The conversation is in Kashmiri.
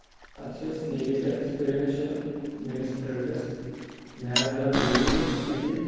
اَتھ یُس نیگیٹو ایکسپیرینس چھُ میٲنِس پروڈکٹس مےٚ حظ اَنیاو ٹی وی اَتہِ